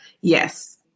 yes